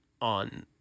on